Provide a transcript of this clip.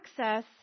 access